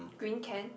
green can